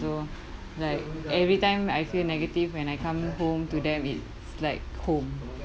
so like every time I feel negative when I come home to them it's like home